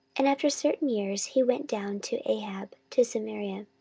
and after certain years he went down to ahab to samaria.